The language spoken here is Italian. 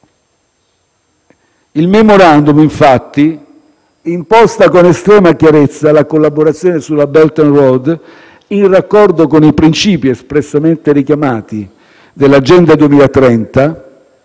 Il *memorandum*, infatti, imposta con estrema chiarezza la collaborazione sulla Belt and Road, in raccordo con i principi espressamente richiamati dall'Agenda 2030,